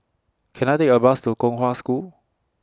Can I Take A Bus to Kong Hwa School